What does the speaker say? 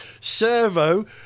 servo